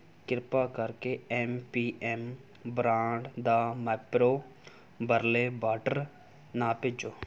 ਕਿਰਪਾ ਕਰਕੇ M P M brand ਦਾ ਮੈਪਰੋ ਬਰਲੇ ਵਾਟਰ ਨਾ ਭੇਜੋ